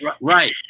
Right